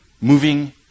Moving